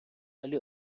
ولی